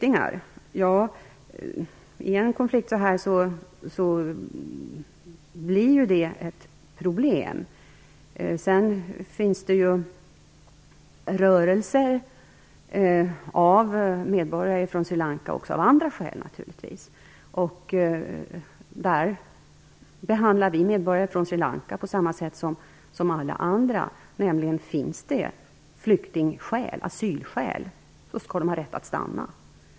I en konflikt blir flyktingarna ett problem. Det finns rörelser av medborgare från Sri Lanka även av andra skäl. Vi behandlar medborgare från Sri Lanka på samma sätt som alla andra. Om det finns flyktingskäl, asylskäl, skall de ha rätt ha stanna.